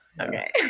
Okay